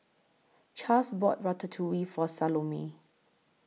Chas bought Ratatouille For Salome